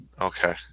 Okay